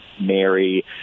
Mary